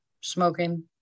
smoking